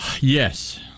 Yes